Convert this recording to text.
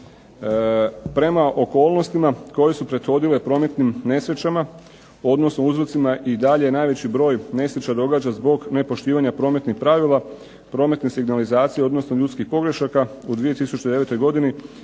Prema okolnostima koje su prethodile prometnim nesrećama odnosno uzrocima i dalje je najveći broj nesreća događa zbog nepoštivanja prometnih pravila, prometne signalizacije odnosno ljudskih pogrešaka. U 2009. godini